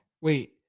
wait